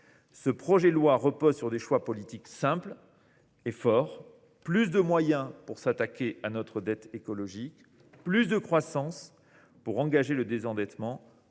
Ce projet de loi repose sur des choix politiques simples et forts : plus de moyens pour s’attaquer à notre dette écologique, plus de croissance pour engager le désendettement,